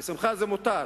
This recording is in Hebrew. בשמחה זה מותר,